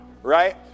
Right